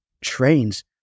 trains